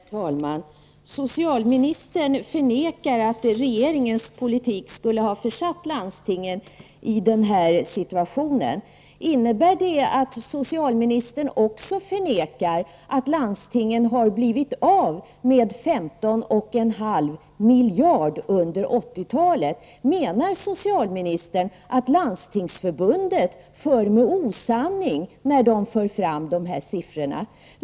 Herr talman! Socialministern förnekar att det är regeringens politik som har försatt landstingen i nuvarande situation. Innebär det att socialministern också förnekar att landstingen har blivit av med 15,5 miljarder under 80-talet? Menar socialministern att Landstingsförbundet far med osanning vid presentationen av siffror?